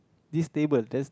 this table there's